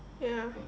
ya